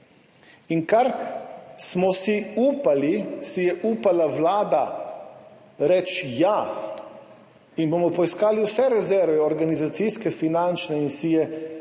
Kar smo si upali, si je upala vlada reči: ja, bomo poiskali vse rezerve, organizacijske, finančne. In si je gibanje